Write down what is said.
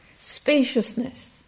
spaciousness